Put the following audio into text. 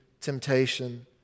temptation